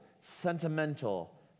sentimental